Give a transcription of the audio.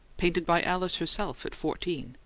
painted by alice herself at fourteen,